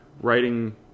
writing